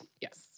Yes